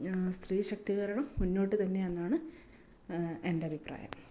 സ്ത്രീ ശാക്തീകരണം മുന്നോട്ട് തന്നെയാണെന്നാണ് എൻ്റെ അഭിപ്രായം